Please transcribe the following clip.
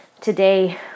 today